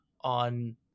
on